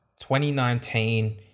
2019